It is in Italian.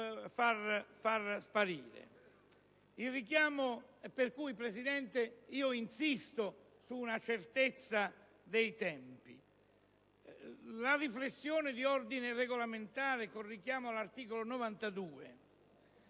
signor Presidente, insisto sulla certezza dei tempi. La riflessione di ordine regolamentare, con richiamo all'articolo 92